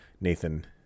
Nathan